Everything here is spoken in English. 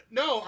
no